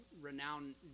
renowned